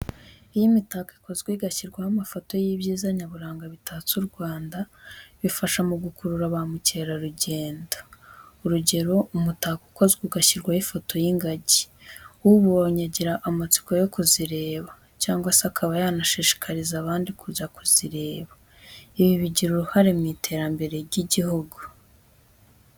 Iyo imitako ikozwe igashyirwamo amafoto y'ibyiza nyaburanga bitatse u Rwanda, bifasha mu gukurura ba mukerarugendo. Urugero, umutako ukozwe ugashyirwamo ifoto y'ingagi, uwubonye agira amatsiko yo kuzireba cyangwa se akaba yanashishikariza abandi kujya kuzireba, ibi bigira uruhare mu iterambere ry'igihugu.